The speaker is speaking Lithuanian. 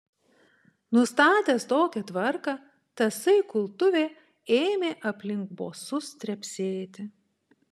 nustatęs tokią tvarką tasai kultuvė ėmė aplink bosus trepsėti